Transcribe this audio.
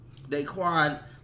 Daquan